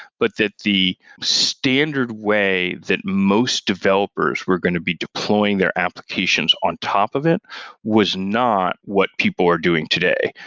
but that the standard way that most developers were going to be deploying their applications on top of it was not what people were are doing today,